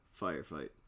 firefight